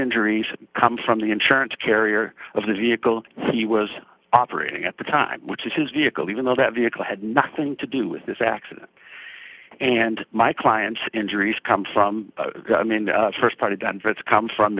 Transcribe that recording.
injuries come from the insurance carrier of the vehicle he was operating at the time which is his vehicle even though that vehicle had nothing to do with this accident and my client's injuries come from i mean the st part of denver it's come from